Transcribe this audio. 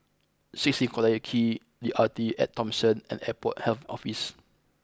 Sixteen Collyer Quay The Arte at Thomson and Airport Health Office